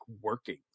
working